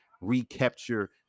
recapture